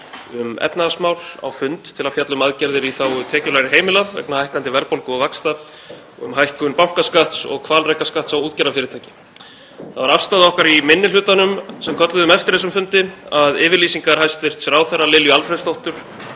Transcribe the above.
um efnahagsmál á fund til að fjalla um aðgerðir í þágu tekjulægri heimila vegna hækkandi verðbólgu og vaxta og um hækkun bankaskatts og hvalrekaskatts á útgerðarfyrirtæki. Það var afstaða okkar í minni hlutanum, sem kölluðum eftir þessum fundi, að yfirlýsingar hæstv. ráðherra Lilju Alfreðsdóttur